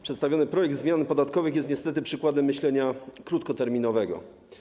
Przedstawiony projekt zmian podatkowych jest niestety przykładem myślenia krótkoterminowego.